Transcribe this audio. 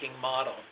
model